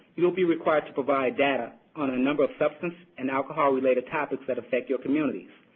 you will be required to provide data on a number of substance and alcohol related topics that affect your communities.